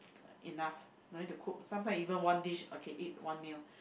enough no need to cook sometimes even one dish okay eat one meal